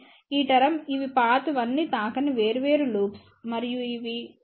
ఇవి టర్మ్స్ ఇవి పాత్ 1 ని తాకని వేర్వేరు లూప్స్ మరియు ఇవి P2 మార్గాన్ని తాకని లూప్స్